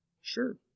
Sure